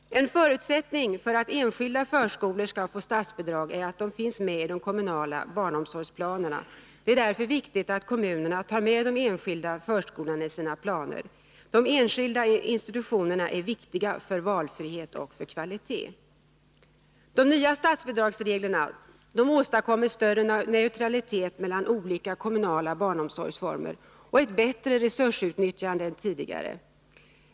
En förutsättning för att enskilda förskolor skall få statsbidrag är att de finns med i de kommunala barnomsorgsplanerna. Därför är det viktigt att kommunerna tar med de enskilda förskolorna i sina planer. De enskilda insitutionerna är viktiga för valfrihet och för kvalitet. De nya statsbidragsreglerna åstadkommer större neutralitet mellan olika kommunala barnomsorgsformer och ett bättre resursutnyttjande än tidigare.